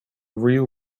real